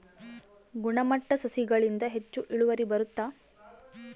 ಗುಣಮಟ್ಟ ಸಸಿಗಳಿಂದ ಹೆಚ್ಚು ಇಳುವರಿ ಬರುತ್ತಾ?